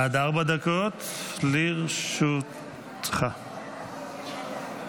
כמעט כל יום אנחנו שומעים את החדשות קורעות הלב על נופלים נוספים.